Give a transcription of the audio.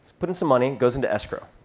put in some money. it goes into escrow.